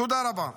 תודה רבה.